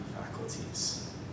faculties